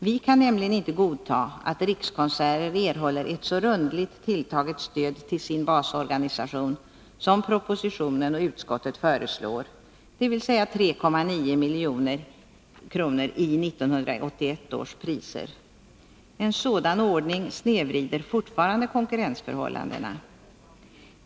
Vi kan nämligen inte godta att Rikskonserter erhåller ett så rundligt tilltaget stöd till sin basorganisation som propositionen och utskottet föreslår, dvs. 3,9 milj.kr. i 1981 års priser. En sådan ordning snedvrider fortfarande konkurrensförhållandena.